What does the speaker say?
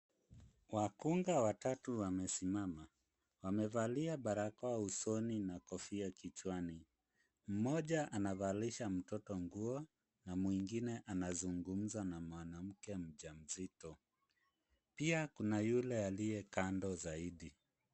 Wakunga watatu wamesimama, wamevalia barakoa usoni na kofia kichwani. Mmoja anavalisha mtoto nguo na mwingine anazungumza na mzee mjamzit. Pia kuna yule aliye kando zaidi.